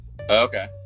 Okay